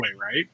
right